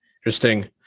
Interesting